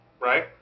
right